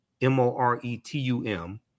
M-O-R-E-T-U-M